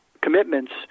commitments